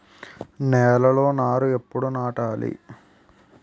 నేలలో నారు ఎప్పుడు నాటాలి?